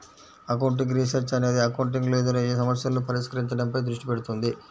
accounting research అనేది accounting లో ఎదురయ్యే సమస్యలను పరిష్కరించడంపై దృష్టి పెడుతుంది